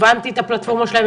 הבנתי את הפלטפורמה שלהם,